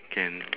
can